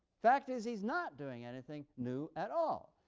fact is, he's not doing anything new at all.